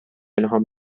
الهام